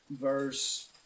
verse